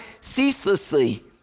ceaselessly